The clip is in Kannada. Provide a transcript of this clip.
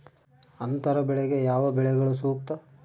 ಅಂತರ ಬೆಳೆಗೆ ಯಾವ ಬೆಳೆಗಳು ಸೂಕ್ತ?